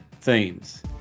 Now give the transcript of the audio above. themes